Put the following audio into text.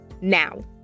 Now